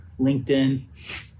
LinkedIn